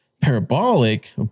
parabolic